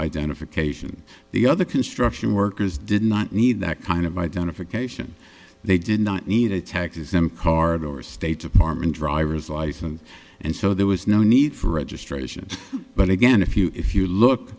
identification the other construction workers did not need that kind of identification they did not need a tax exempt card or state department driver's license and so there was no need for registration but again if you if you look